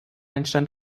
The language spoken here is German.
entstand